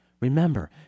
Remember